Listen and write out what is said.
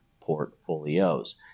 portfolios